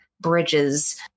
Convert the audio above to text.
bridges